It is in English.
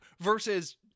versus